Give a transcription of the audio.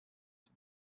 die